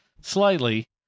slightly